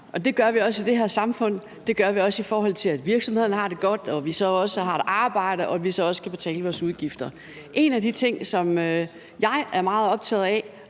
det gør vi også, i forhold til at virksomhederne har det godt og at vi så også har et arbejde og at vi så også kan betale vores udgifter. En af de ting, som jeg er meget optaget af,